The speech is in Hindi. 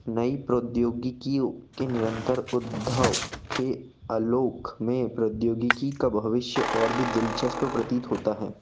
नए प्रौद्योगिकी के निरंतर उद्धव के अलोक में प्रौद्योगिकी का भविष्य और भी दिलचस्प प्रतीत होता है